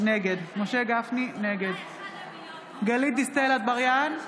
נגד גלית דיסטל אטבריאן,